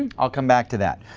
i'll come back to that.